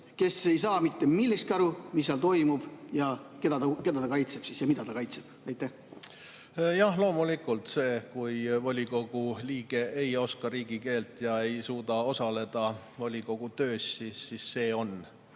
kes ei saa mitte millestki aru, mis seal toimub? Keda ta kaitseb siis ja mida ta kaitseb siis? Jah, loomulikult see, kui volikogu liige ei oska riigikeelt ega suuda osaleda volikogu töös, on